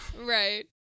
right